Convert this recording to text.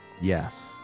Yes